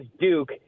Duke